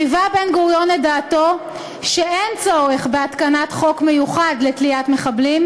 חיווה בן-גוריון את דעתו שאין צורך בהתקנת חוק מיוחד לתליית מחבלים,